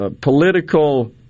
political